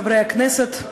חברי הכנסת,